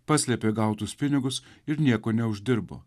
paslėpė gautus pinigus ir nieko neuždirbo